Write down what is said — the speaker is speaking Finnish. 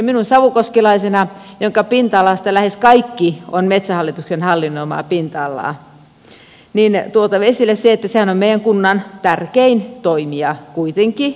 minun savukoskelaisena missä pinta alasta lähes kaikki on metsähallituksen hallinnoimaa on tuotava esille se että sehän on meidän kunnan tärkein toimija kuitenkin olemassa